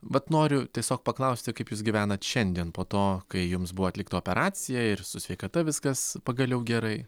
vat noriu tiesiog paklausti kaip jūs gyvenat šiandien po to kai jums buvo atlikta operacija ir su sveikata viskas pagaliau gerai